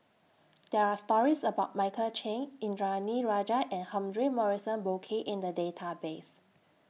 There Are stories about Michael Chiang Indranee Rajah and Humphrey Morrison Burkill in The Database